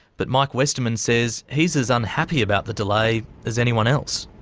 but mike westerman says he's as unhappy about the delay as anyone else.